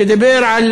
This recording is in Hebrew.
שדיבר על